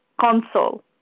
console